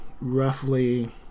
roughly